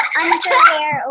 underwear